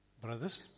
Brothers